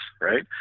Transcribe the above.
Right